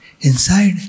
inside